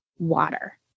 water